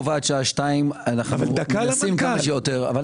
למנכ"ל, אני